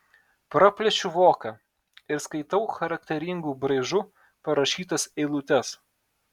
praplėšiu voką ir skaitau charakteringu braižu parašytas eilutes